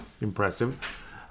Impressive